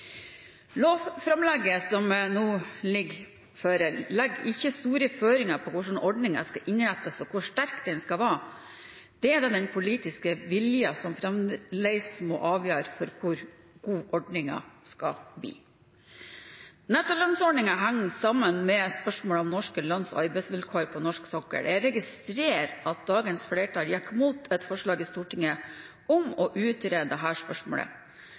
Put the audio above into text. Lovframlegget som nå foreligger, legger ikke store føringer på hvordan ordningen skal innrettes, og hvor sterk den skal være. Det er den politiske viljen som fortsatt vil avgjøre hvor god ordningen skal være. Nettolønnsordningen henger sammen med spørsmålet om norske lønns- og arbeidsvilkår på norsk sokkel. Jeg registrerer at dagens flertall gikk imot et forslag i Stortinget om å utrede dette spørsmålet.